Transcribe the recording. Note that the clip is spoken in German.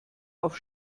auf